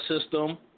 system